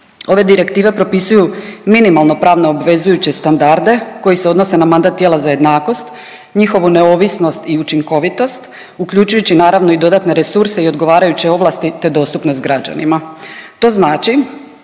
Ove direktive propisuju minimalno pravno obvezujuće standarde koji se odnose na mandat tijela za jednakost, njihovu neovisnost i učinkovitost uključujući naravno i dodatne resurse i odgovarajuće ovlasti te dostupnost građanima.